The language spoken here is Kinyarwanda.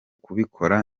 kubikora